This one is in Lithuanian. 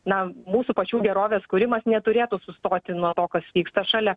na mūsų pačių gerovės kūrimas neturėtų sustoti nuo to kas vyksta šalia